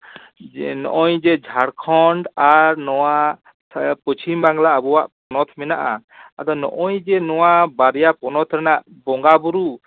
ᱱᱚᱜᱼᱚᱭ ᱡᱮ ᱡᱷᱟᱲᱠᱷᱚᱱᱰ ᱟᱨ ᱱᱚᱣᱟ ᱯᱚᱪᱷᱤᱢ ᱵᱟᱝᱞᱟ ᱟᱵᱚᱣᱟᱜ ᱯᱚᱱᱚᱛ ᱢᱮᱱᱟᱜᱼᱟ ᱟᱫᱚ ᱱᱚᱜᱼᱚᱭ ᱡᱮ ᱱᱚᱣᱟ ᱵᱟᱨᱭᱟ ᱯᱚᱱᱚᱛ ᱨᱮᱱᱟᱜ ᱵᱚᱸᱜᱟ ᱵᱩᱨᱩ